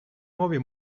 nuovi